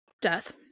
death